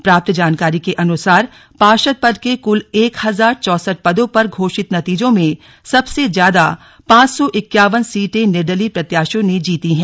प्राप्त जानकारी के अनुसार पार्षद पद के कुल एक हजार चौंसठ पदों पर घोषित नतीजों में सबसे ज्यादा पांच सौ इक्यावन सीटें निर्दलीय प्रत्याशियों ने जीती हैं